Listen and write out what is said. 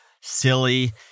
silly